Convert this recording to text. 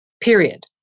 period